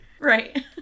Right